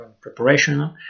preparation